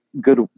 good